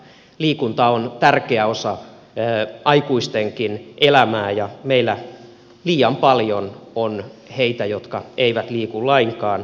liikunta on tärkeä osa aikuistenkin elämää ja meillä liian paljon on heitä jotka eivät liiku lainkaan